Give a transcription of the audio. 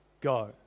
go